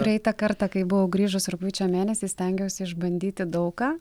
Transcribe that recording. praeitą kartą kai buvau grįžus rugpjūčio mėnesį stengiausi išbandyti daug ką